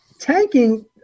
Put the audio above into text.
tanking –